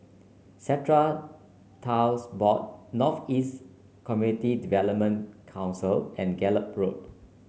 Strata Titles Board North East Community Development Council and Gallop Road